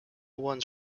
ones